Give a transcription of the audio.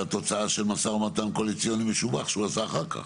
משא ומתן קואליציוני משובח שהוא עשה אחר כך.